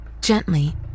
gently